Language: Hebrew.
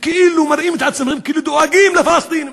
וכאילו מראים את עצמכם כאילו דואגים לפלסטינים.